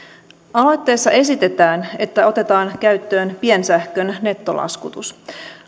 aloitteessa esitetään että otetaan käyttöön piensähkön nettolaskutus